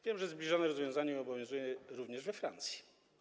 Wiem, że zbliżone rozwiązanie obowiązuje również we Francji.